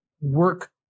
work